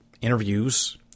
interviews